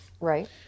Right